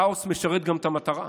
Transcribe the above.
כאוס משרת גם את המטרה.